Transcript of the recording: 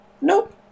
Nope